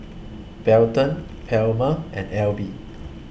Belton Palmer and Alby